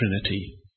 Trinity